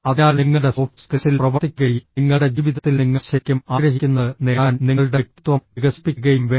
അതിനാൽ നിങ്ങളുടെ സോഫ്റ്റ് സ്കിൽസിൽ പ്രവർത്തിക്കുകയും നിങ്ങളുടെ ജീവിതത്തിൽ നിങ്ങൾ ശരിക്കും ആഗ്രഹിക്കുന്നത് നേടാൻ നിങ്ങളുടെ വ്യക്തിത്വം വികസിപ്പിക്കുകയും വേണം